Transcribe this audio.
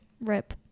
rip